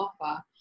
offer